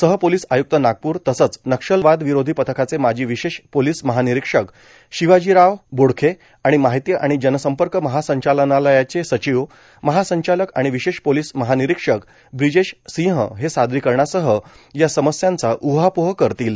सहपोलिस आय्रक्त नागपूर तसंच नक्षलवादविरोधी पथकाचे माजी विशेष पोलीस महानिरीक्षक शिवाजीराख बोडखे आणि माहिती आणि जनसंपर्क महासंचालनालयाचे सचिव महासंचालक आणि विशेष पोलीस महानिरीक्षक ब्रिजेश सिंह हे सादरीकरणासह या समस्यांचा उहापोह करतील